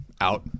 out